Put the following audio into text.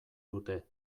dute